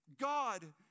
God